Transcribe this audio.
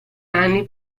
anni